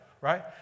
right